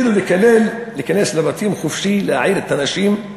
התחילו לקלל, להיכנס לבתים חופשי, להעיר את הנשים.